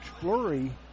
flurry